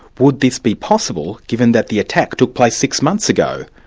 would this be possible, given that the attack took place six months ago,